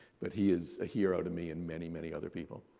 but he is a hero to me and many, many other people.